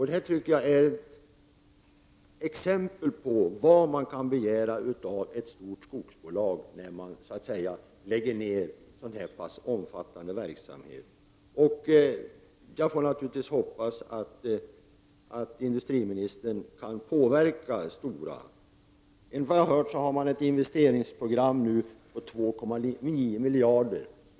Det tycker jag är ett exempel på vad man kan begära av ett stort skogsbolag när det lägger ned en så pass omfattande verksamhet. Jag får naturligtvis hoppas att industriministern kan påverka Stora. Jag har hört att Stora har ett investeringsprogram på 2,9 miljarder.